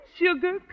sugar